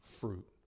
fruit